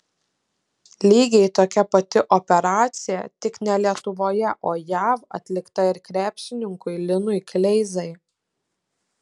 lygiai tokia pati operacija tik ne lietuvoje o jav atlikta ir krepšininkui linui kleizai